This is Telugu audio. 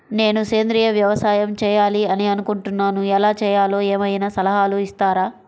నేను సేంద్రియ వ్యవసాయం చేయాలి అని అనుకుంటున్నాను, ఎలా చేయాలో ఏమయినా సలహాలు ఇస్తారా?